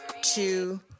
two